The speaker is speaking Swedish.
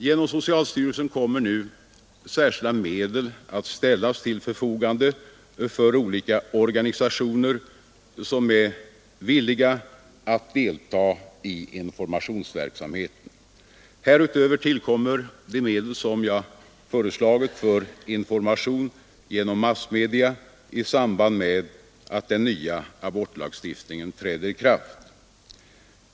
Genom socialstyrelsen kommer nu särskilda medel att ställas till förfogande för olika organisationer som är villiga att delta i informationsverksamheten. Härutöver tillkommer de medel som jag föreslagit för information genom massmedia i samband med att den nya abortlagstiftningen träder i kraft.